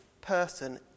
person